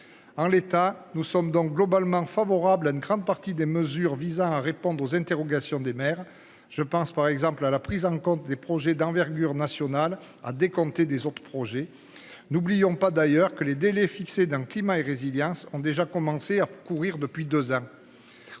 En l'état, nous sommes donc globalement favorable à une grande partie des mesures visant à répondre aux interrogations des maires je pense par exemple à la prise en compte des projets d'envergure nationale a décompté des autres projets. N'oublions pas d'ailleurs que les délais fixés d'un climat et résilience ont déjà commencé à courir depuis 2 ans.